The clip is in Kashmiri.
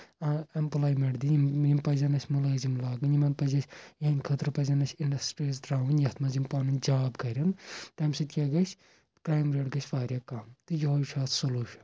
ایمپلایمؠنٛٹ دِنۍ یِم پَزن اَسہِ مُلٲزِم لاگٕنۍ یِمن پزِ اَسہِ یِہٕنٛدِ خٲطرٕ پزن اَسہِ اِنڈسٹریٖز ترٛاوٕنۍ یَتھ منٛز یِم پَنُن جاب کَرن تَمہِ سۭتۍ کیاہ گژھِ کرٛایم ریٹ گژھِ واریاہ کَم تہٕ یہوے چھُ اَتھ سٔلوٗشَن